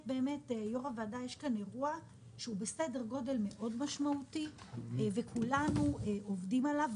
יש כאן אירוע שהוא בסדר גודל מאוד משמעותי וכולנו עובדים עליו.